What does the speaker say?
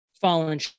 fallen